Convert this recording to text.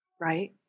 Right